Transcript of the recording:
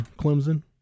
Clemson